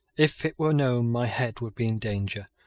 if it were known, my head would be in danger.